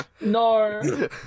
No